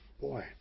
Boy